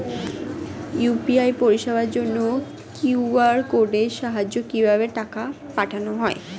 UPI পরিষেবার জন্য QR কোডের সাহায্যে কিভাবে টাকা পাঠানো হয়?